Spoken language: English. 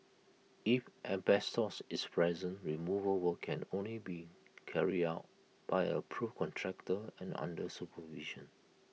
if asbestos is present removal work can only be carried out by an approved contractor and under supervision